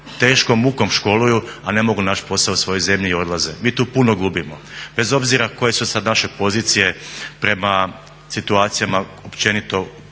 teškom mukom školuju, a ne mogu naći posao u svojoj zemlji i odlaze. Mi tu puno gubimo, bez obzira koje su sada naše pozicije prema situacijama općenito